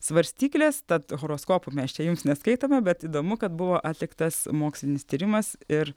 svarstyklės tad horoskopų mes čia jums neskaitome bet įdomu kad buvo atliktas mokslinis tyrimas ir